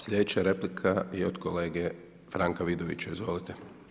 Slijedeća replika je od kolege Franka Vidovića, izvolite.